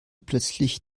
plötzlich